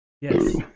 Yes